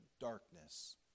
darkness